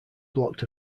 blocked